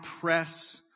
press